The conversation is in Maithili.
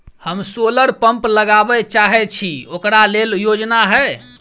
हम सोलर पम्प लगाबै चाहय छी ओकरा लेल योजना हय?